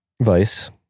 Vice